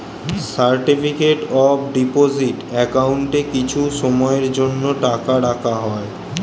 certificate of deposit অ্যাকাউন্টে কিছু সময়ের জন্য টাকা রাখা হয়